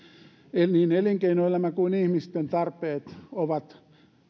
niin elinkeinoelämän kuin ihmisten tarpeet ovat